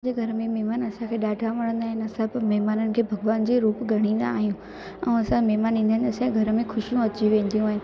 मुंहिंजे घर में महिमान असांखे ॾाढा वणंदा आहिनि असां बि महिमाननि खे भॻवान जे रूप में ॻणींदा आहियूं ऐं असांजा महिमान ईंदा आहिनि असांजे घर में ख़ुशियूं अची वेंदियूं आहिनि